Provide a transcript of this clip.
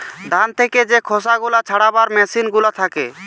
ধান থেকে যে খোসা গুলা ছাড়াবার মেসিন গুলা থাকে